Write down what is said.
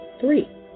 three